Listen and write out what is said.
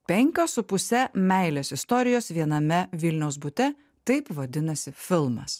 penkios su puse meilės istorijos viename vilniaus bute taip vadinasi filmas